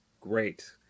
great